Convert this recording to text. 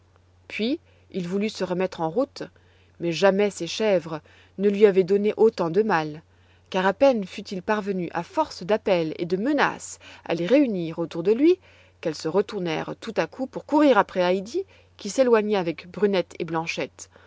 puis il voulut se remettre en route mais jamais ses chèvres ne lui avaient donné autant de mal car à peine fut-il parvenu à force d'appels et de menaces à les réunir autour de lui qu'elles se retournèrent tout à coup pour courir après heidi qui s'éloignait avec brunette et blanchette